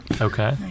Okay